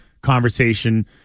conversation